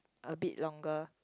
a bit longer